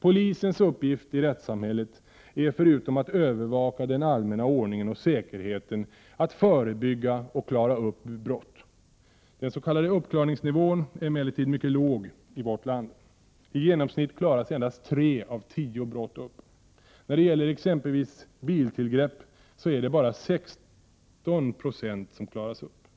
Polisens uppgift i rättssamhället är förutom att övervaka den allmänna ordningen och säkerheten att förebygga och klara upp brott. Den s.k. uppklaringsnivån är emellertid mycket låg i vårt land. I genomsnitt klaras endast tre av tio brott upp. När det gäller exempelvis biltillgrepp är det bara 16 976 som klaras upp.